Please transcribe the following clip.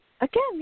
again